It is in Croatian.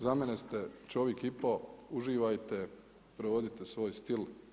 Za mene ste čovik i po, uživajte, provodite svoj stil.